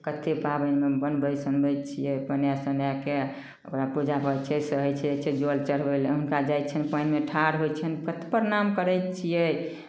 कतेक पाबनिमे बनबै सनबै छियै बनाए सुनाए कऽ ओकरा पूजा होइ छै सहै छियै जाइ छियै जल चढ़बै लए हुनका जाइ छियनि पानिमे ठाढ़ होइ छियनि पठ प्रणाम करै छियै